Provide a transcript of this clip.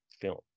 film